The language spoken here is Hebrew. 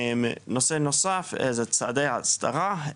נושא נוסף זה צעדי ההסדרה,